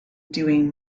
doing